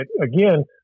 again